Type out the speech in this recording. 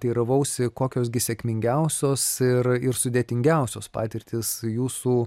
teiravausi kokios gi sėkmingiausios ir ir sudėtingiausios patirtys jūsų